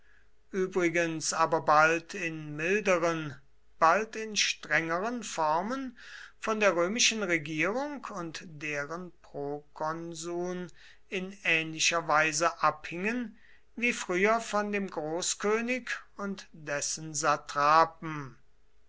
übrigens aber bald in milderen bald in strengeren formen von der römischen regierung und deren prokonsuln in ähnlicher weise abhingen wie früher von dem großkönig und dessen